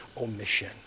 omission